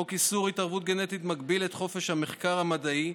חוק איסור התערבות גנטית מגביל את חופש המחקר המדעי,